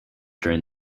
during